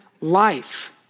life